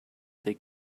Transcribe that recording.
they